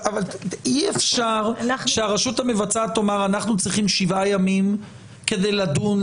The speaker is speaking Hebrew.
אבל אי אפשר שהרשות המבצעת תאמר אנחנו צריכים שבעה ימים כדי לדון,